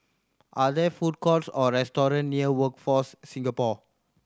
are there food courts or restaurant near Workforce Singapore